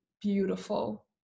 beautiful